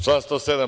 Član 107.